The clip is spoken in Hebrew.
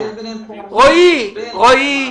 רועי,